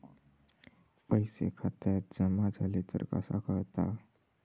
पैसे खात्यात जमा झाले तर कसा कळता?